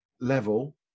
level